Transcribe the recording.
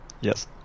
yes